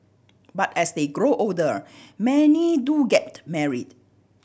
but as they grow older many do get married